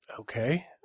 Okay